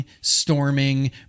storming